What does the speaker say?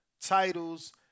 titles